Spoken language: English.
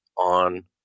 on